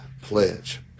Pledge